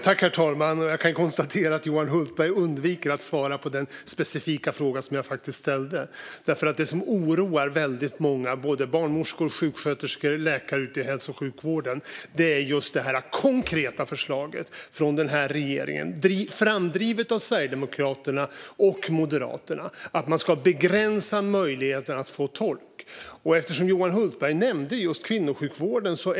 Herr talman! Jag kan konstatera att Johan Hultberg undvek att svara på den specifika fråga som jag ställde. Det som oroar väldigt många barnmorskor, sjuksköterskor och läkare ute i hälso och sjukvården är just det konkreta förslaget från denna regering, framdrivet av Sverigedemokraterna och Moderaterna, att man ska begränsa möjligheten att få tolk. Johan Hultberg nämnde kvinnosjukvården.